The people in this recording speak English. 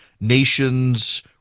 nations